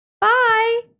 bye